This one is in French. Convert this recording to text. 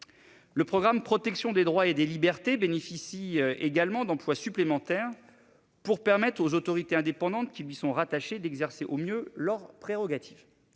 Le programme « Protection des droits et des libertés » bénéficie également d'emplois supplémentaires qui doivent permettre aux autorités indépendantes qui lui sont rattachées d'exercer au mieux leurs prérogatives.